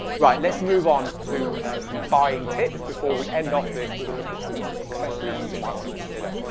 right, let's move on to some buying tips before we end off this with a look at some accessories that you might want to consider.